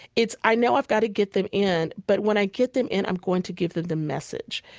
it's, i know i've got to get them in. but when i get them in, i'm going to give them the message.